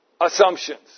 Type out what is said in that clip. assumptions